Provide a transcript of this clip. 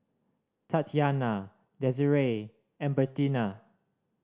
Tatyanna Desirae and Bertina